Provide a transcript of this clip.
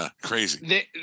crazy